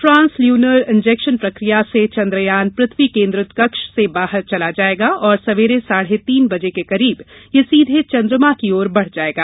trans lunar injection प्रक्रिया से चन्द्रयान पृथ्वी केन्द्रित कक्ष से बाहर चला जायेगा और सवेरे साढे तीन बजे के करीब यह सीधे चन्द्रमा की ओर बढ़ जायेगा